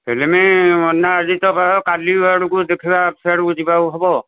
ବା କାଲି ଆଡ଼କୁ ଦେଖିବା ସେଇ ଆଡ଼କୁ ଯିବାକୁ ହେବ